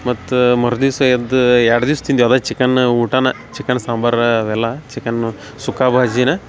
ಮತ್ತ ಮರುದಿವಸ ಎದ್ದ ಎರಡು ದಿವ್ಸ ತಿಂದೆವೆ ಅದೆ ಚಿಕನ್ನ ಊಟಾನ ಚಿಕನ್ ಸಾಂಬಾರ ಅವೆಲ್ಲಾ ಚಿಕನ್ನು ಸುಕ್ಕಾ ಬಾಜಿನ